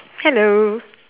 hello